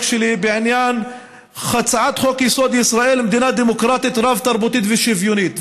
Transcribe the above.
שלי בעניין הצעת חוק-יסוד: ישראל מדינה דמוקרטית רב-תרבותית ושוויונית.